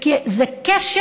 זה כשל